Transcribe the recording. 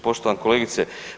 Poštovana kolegice.